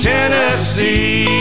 Tennessee